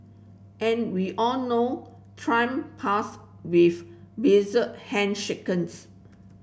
and we all know Trump past with bizarre handshakes